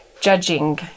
judging